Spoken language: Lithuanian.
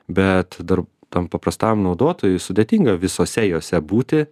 bet dar tam paprastam naudotojui sudėtinga visose jose būti